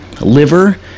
liver